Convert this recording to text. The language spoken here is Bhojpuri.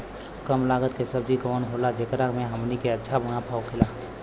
कम लागत के सब्जी कवन होला जेकरा में हमनी के अच्छा मुनाफा होखे?